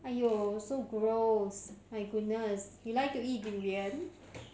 !aiyo! so gross my goodness you like to eat durian